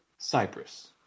Cyprus